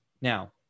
Now